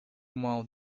маал